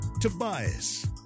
Tobias